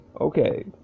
Okay